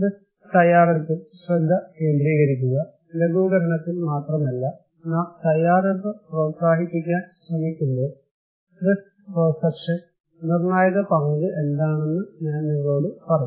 risk തയ്യാറെടുപ്പിൽ ശ്രദ്ധ കേന്ദ്രീകരിക്കുക ലഘൂകരണത്തിൽ മാത്രമല്ല നാം തയ്യാറെടുപ്പ് പ്രോത്സാഹിപ്പിക്കാൻ ശ്രമിക്കുമ്പോൾ റിസ്ക് പെർസെപ്ഷൻ നിർണായക പങ്ക് എന്താണെന്ന് ഞാൻ നിങ്ങളോട് പറയും